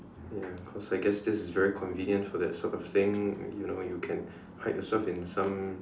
ya cause I guess this is very convenient for that sort of thing you know you can hide yourself in some